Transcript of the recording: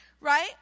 Right